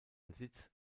besitz